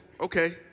okay